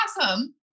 awesome